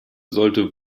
sollte